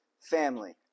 family